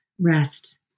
rest